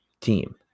team